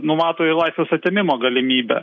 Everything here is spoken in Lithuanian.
numato i laisvės atėmimo galimybę